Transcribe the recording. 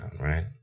right